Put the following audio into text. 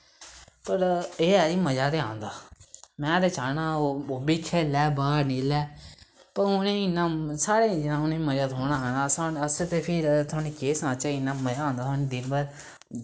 होर एह् ऐ कि मज़ा ते आंदा में ते चाह्न्ना ओह् बी खेल्लै बाह्र निकलै ब उ'नेंगी इन्ना साढ़ै जिन्ना उ'नेंगी मज़ा थोह्ड़े आना असें ते फिर थोहड़े ने केह् सनाचै इ'न्ना मज़ा आंदा सानू दिन भर